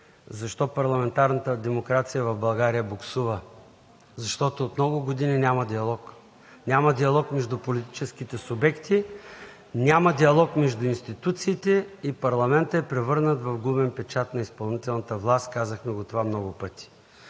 защо парламентарната демокрация в България буксува? Защото от много години няма диалог. Няма диалог между политическите субекти, няма диалог между институциите и парламентът е превърнат в гумен печат на изпълнителната власт – казахме това много пъти.